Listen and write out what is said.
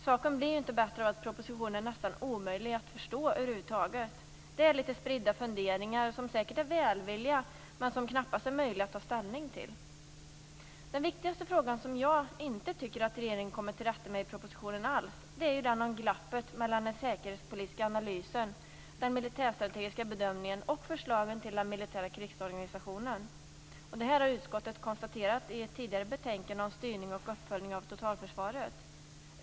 Saken blir inte bättre av att propositionen är nästan omöjlig att förstå. Det är litet spridda funderingar, som säkert är välvilliga, men som knappast är möjliga att ta ställning till. Den viktigaste frågan som jag inte tycker att regeringen kommer till rätta med i propositionen är glappet mellan den säkerhetspolitiska analysen, den militärstrategiska bedömningen och förslagen till den militära krigsorganisationen. Det har utskottet konstaterat i ett tidigare betänkande om styrning och uppföljning av totalförsvaret.